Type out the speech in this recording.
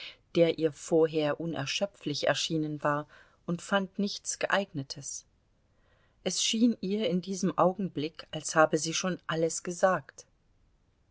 der ihr vorher unerschöpflich erschienen war und fand nichts geeignetes es schien ihr in diesem augenblick als habe sie schon alles gesagt